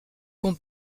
qu’on